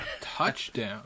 Touchdown